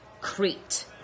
Crete